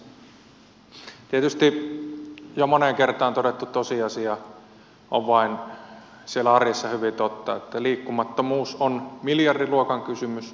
tietysti jo moneen kertaan todettu tosiasia on vain siellä arjessa hyvin totta että liikkumattomuus on miljardiluokan kysymys